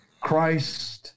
Christ